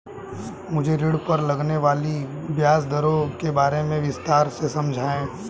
मुझे ऋण पर लगने वाली ब्याज दरों के बारे में विस्तार से समझाएं